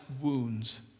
wounds